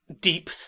deep